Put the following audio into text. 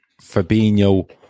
Fabinho